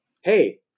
Hey